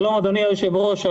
שלום אדוני היושב ראש.